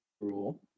rule